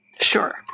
Sure